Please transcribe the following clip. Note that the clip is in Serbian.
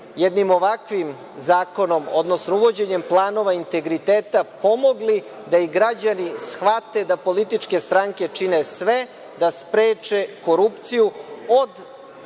jednim ovakvim zakonom, odnosno uvođenjem planova integriteta pomogli da i građani shvate da političke stranke čine sve da spreče korupciju od